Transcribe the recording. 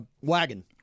Wagon